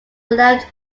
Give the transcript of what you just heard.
left